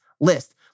list